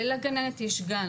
לגננת יש גן,